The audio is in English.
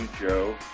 Joe